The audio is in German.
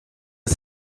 ist